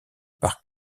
par